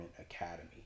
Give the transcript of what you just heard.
academy